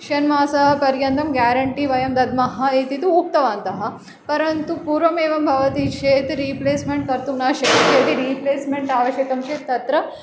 षण्मासपर्यन्तं guarantee तु वयं दद्मः इति तु उक्तवन्तः परन्तु पूर्वमेवं भवति चेत् रीप्लेस् कर्तुं न शक्यते यदि रीप्लेस्मेन्ट् आवश्यकं चेत् तत्र